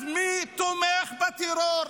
אז מי תומך בטרור?